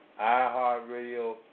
iHeartRadio